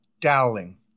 Dowling